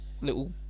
little